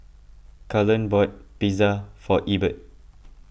Cullen bought Pizza for Ebert